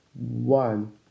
one